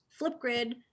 Flipgrid